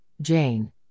Jane